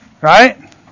Right